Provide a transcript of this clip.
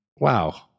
wow